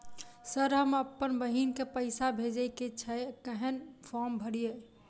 Sir हम अप्पन बहिन केँ पैसा भेजय केँ छै कहैन फार्म भरीय?